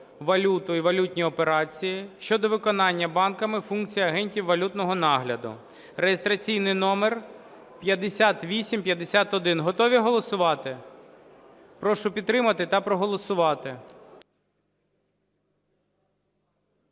валюту і валютні операції" щодо виконання банками функцій агентів валютного нагляду (реєстраційний номер 5851). Готові голосувати? Прошу підтримати та проголосувати.